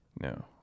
No